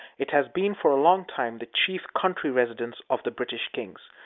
it has been for a long time the chief country residence of the british kings.